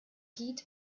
guide